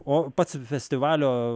o pats festivalio